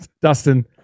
Dustin